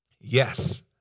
Yes